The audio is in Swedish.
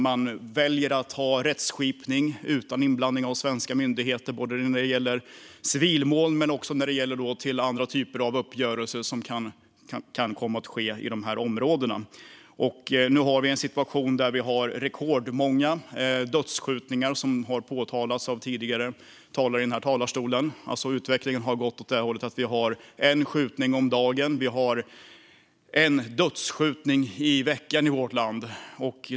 Man väljer att ha rättskipning utan inblandning av svenska myndigheter, både när det gäller civilmål och andra typer av uppgörelser som kan komma att ske i dessa områden. Nu har vi en situation där vi har rekordmånga dödsskjutningar, som har påpekats av tidigare talare i denna talarstol. Utvecklingen har alltså gått åt det hållet att vi har en skjutning om dagen och en dödsskjutning i veckan i vårt land.